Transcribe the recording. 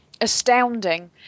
astounding